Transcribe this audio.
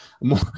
more